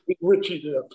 Richie